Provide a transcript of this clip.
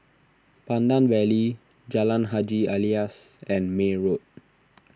Pandan Valley Jalan Haji Alias and May Road